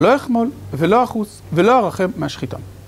לא אחמול ולא אחוס ולא ארחם מהשחיטה